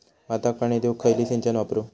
भाताक पाणी देऊक खयली सिंचन वापरू?